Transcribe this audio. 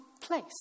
place